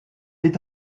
est